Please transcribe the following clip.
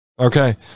Okay